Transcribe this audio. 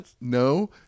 No